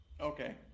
Okay